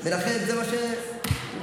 ולכן זה מה שנבדק.